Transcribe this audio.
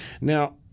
Now